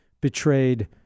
betrayed